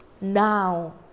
now